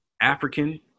African